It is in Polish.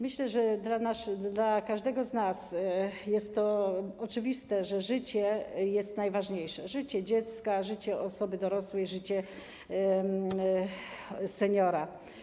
Myślę, że dla każdego z nas jest to oczywiste, że życie jest najważniejsze: życie dziecka, życie osoby dorosłej, życie seniora.